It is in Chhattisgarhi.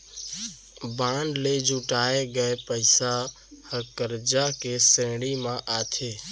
बांड ले जुटाए गये पइसा ह करजा के श्रेणी म आथे